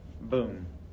boom